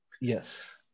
Yes